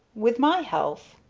with my health!